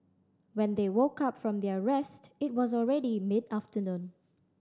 when they woke up from their rest it was already mid afternoon